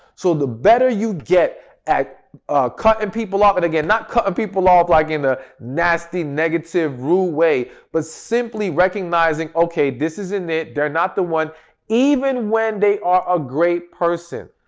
so, the better you get at cutting and people off and again, not cutting people off like in a nasty negative rude way but simply recognizing okay, this isn't it they're not the one even when they are a great person.